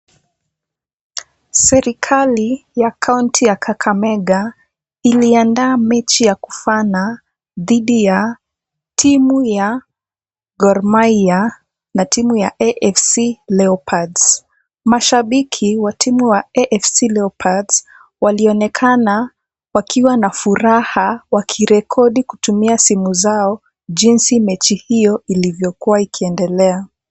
Serikali ya kaunti ya Kakamega iliandaa mechi ya kufana dhidi ya timu ya Gor Mahia na timu ya AFC Leopards. Mashabiki wa timu wa AFC Leopards walionekana wakiwa na furaha wakirekodi kutumia simu zao jinsi mechi hiyo ilivyokuwa ikiendelea.